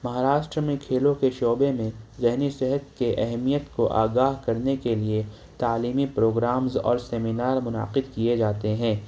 مہاراشٹرا میں کھیلوں کے شعبے میں ذہنی صحت کے اہمیت کو آگاہ کرنے کے لئے تعلیمی پروگرامز اور سیمینار منعقد کیے جاتے ہیں